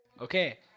Okay